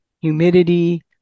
humidity